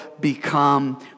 become